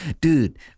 Dude